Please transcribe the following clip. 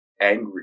angry